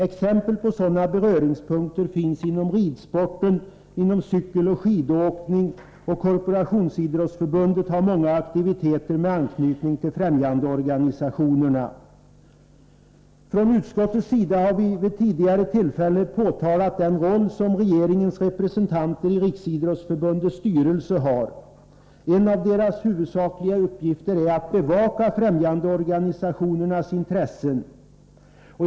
Exempel på sådana beröringspunkter finns inom ridsporten, inom cykling och skidåkning, och Korporationsidrottsförbundet har många aktiviteter med anknytning till främjandeorganisationerna. Från utskottets sida har man vid tidigare tillfällen pekat på den roll som regeringens representanter i Riksidrottsförbundets styrelse har. En av deras huvudsakliga uppgifter är att bevaka främjandeorganisationernas intressen.